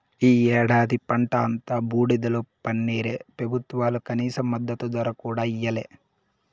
ఈ ఏడాది పంట అంతా బూడిదలో పన్నీరే పెబుత్వాలు కనీస మద్దతు ధర కూడా ఇయ్యలే